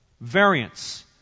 variance